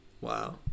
Wow